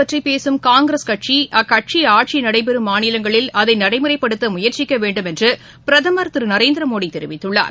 பற்றிபேசும் காங்கிரஸ் கட்சி அக்கட்சி ஆட்சிநடைபெறும் மாநிலங்களில் ஐனநாயகம் அதைநடைமுறைப்படுத்தமுயற்சிக்கவேண்டும் எனபிரதமர் திருநரேந்திரமோடிதெரிவித்துள்ளார்